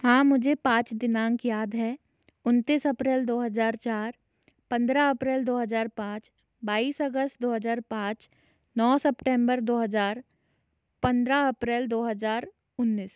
हाँ मुझे पाँच दिनांक याद हैं उनतीस अप्रैल दो हज़ार चार पन्द्रह अप्रैल दो हज़ार पाँच बाईस अगस्त दो हज़ार पाँच नौ सेम्टेंबर दो हज़ार पन्द्रह अप्रैल दो हज़ार उन्नीस